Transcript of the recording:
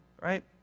right